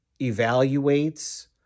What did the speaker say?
evaluates